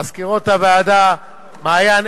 מזכירות הוועדה מעיין,